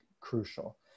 crucial